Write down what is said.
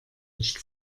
nicht